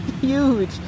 huge